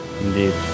Indeed